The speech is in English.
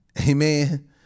amen